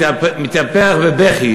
מתייפח בבכי